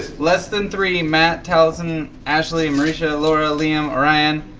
less than three matt, taliesin, ashley, marisha, laura, liam, orion,